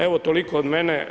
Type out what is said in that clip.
Evo, toliko od mene.